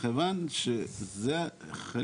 יש להם הרבה מספרים אבל יש להם מספר.